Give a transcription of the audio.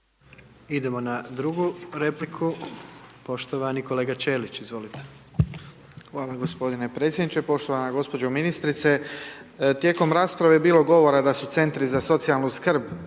Idemo na drugu repliku, poštovani kolega Čelić, izvolite. **Ćelić, Ivan (HDZ)** Hvala gospodine predsjedniče. Poštovana gospođo ministrice, tijekom rasprave je bilo govora da su Centri za socijalnu skrb